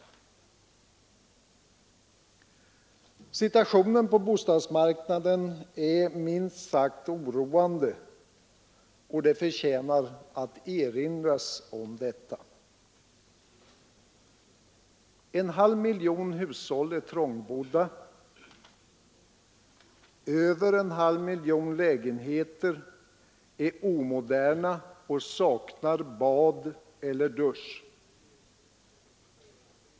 Situationen på bostadsmarknaden är minst sagt oroande, och det förtjänar att erinras om detta. En halv miljon hushåll är trångbodda. Över en halv miljon lägenheter är omoderna och saknar bad eller dusch.